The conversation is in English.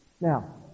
Now